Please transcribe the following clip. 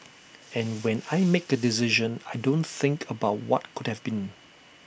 and when I make A decision I don't think about what could have been